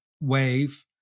wave